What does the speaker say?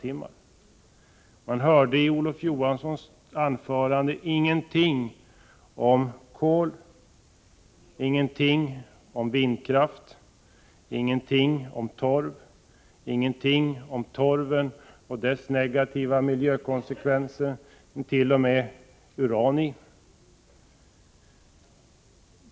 I hans anförande hörde vi ingenting om kol, vindkraft eller torv. Olof Johansson sade heller ingenting om torvens negativa miljökonsekvenser — det är ju t.o.m. uran i torv.